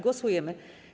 Głosujemy.